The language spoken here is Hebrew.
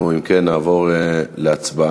אם כן, נעבור להצבעה.